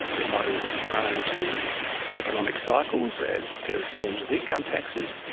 they are not as prone to economic cycles as various forms of income taxes.